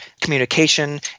communication